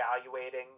evaluating